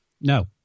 No